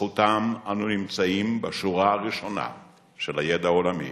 בזכותם אנו נמצאים בשורה הראשונה של הידע העולמי.